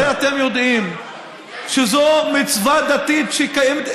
הרי אתם יודעים שזאת מצווה דתית שקיימת.